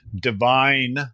divine